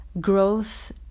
growth